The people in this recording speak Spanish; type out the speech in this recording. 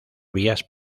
vías